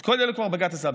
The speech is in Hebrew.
את כל אלה כבר בג"ץ עשה.